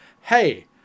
hey